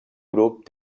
grup